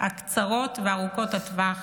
קצרות הטווח וארוכות הטווח.